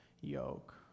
yoke